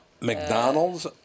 McDonald's